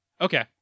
okay